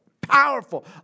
powerful